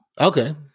Okay